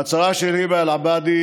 מעצרה של היבא א-לבדי,